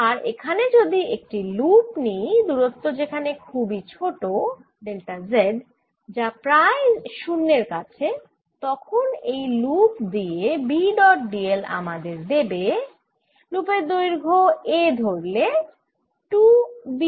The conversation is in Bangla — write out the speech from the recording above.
আর এখানে যদি একটি লুপ নিই দূরত্ব যেখানে খুবই ছোট ডেল্টা z - যা প্রায় 0 এর কাছে তখন এই লুপ দিয়ে B ডট dl আমাদের দেবে লুপের দৈর্ঘ্য a ধরলে 2Ba